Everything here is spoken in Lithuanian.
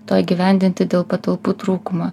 to įgyvendinti dėl patalpų trūkumo